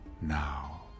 now